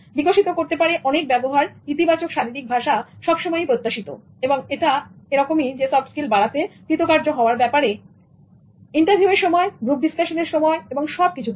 বিকশিত করতে পারে অনেক ব্যবহার ইতিবাচক শারীরিক ভাষা সবসময়ই প্রত্যাশিত এবং এটা এরকমই যে সফট্ স্কিলস্ বাড়াতেকৃতকার্য হওয়ার ব্যাপারে ইন্টারভিউ এর সময়গ্রুপ ডিসকাসনের সময় এবং সব কিছুতেই